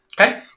Okay